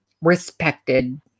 respected